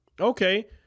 Okay